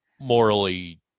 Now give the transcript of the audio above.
morally